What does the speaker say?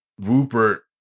Rupert